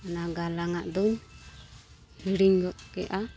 ᱚᱱᱟ ᱜᱟᱞᱟᱝ ᱟᱜ ᱫᱚᱧ ᱦᱤᱲᱤᱜ ᱜᱚᱫ ᱠᱮᱜᱼᱟ